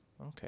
Okay